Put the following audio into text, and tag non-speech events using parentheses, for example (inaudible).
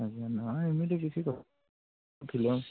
ଆଜ୍ଞା ନାଇଁ ଏମିତି କିଛି କଥା (unintelligible) ଥିଲା